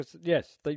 Yes